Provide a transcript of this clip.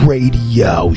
Radio